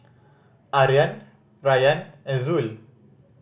Aryan Rayyan and Zul